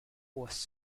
was